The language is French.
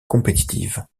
compétitive